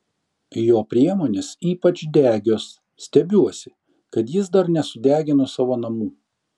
jo priemonės ypač degios stebiuosi kad jis dar nesudegino savo namų